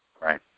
right